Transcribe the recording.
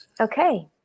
Okay